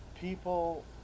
people